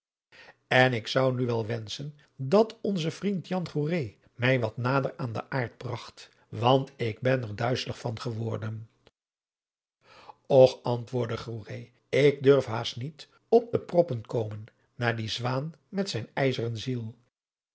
en ik zou nu wel wenschen dat onze vriend jan goeree mij wat nader aan de aard bragt want ik ben er duizelig van geworden och antwoordde goeree ik durf haast niet op de proppen komen na die zwaan met zijn ijzeren ziel